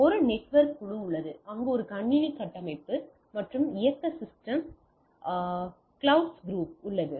ஒரு நெட்வொர்க் குழு உள்ளது அங்கு ஒரு கணினி கட்டமைப்பு மற்றும் இயக்க சிஸ்டம் கிளவுட் குரூப் உள்ளது